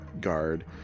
guard